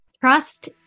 Trust